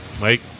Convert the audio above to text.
Mike